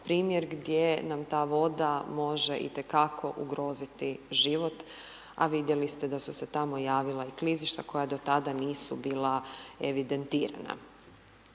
primjer gdje nam ta voda može itekako ugroziti i život, a vidjeli ste da su se tamo javila i klizišta koja do tada nisu bila evidentirana.